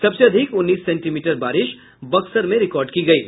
सबसे अधिक उन्नीस सेंटीमीटर बारिश बक्सर में रिकार्ड की गयी